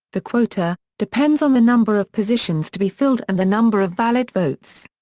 the quota, depends on the number of positions to be filled and the number of valid votes.